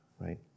right